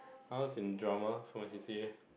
I was in drama for my C_C_A